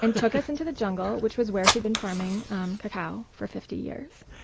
and took us into the jungle, which was where she had been farming cacao for fifty years.